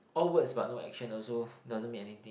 all words but no action also doesn't mean anything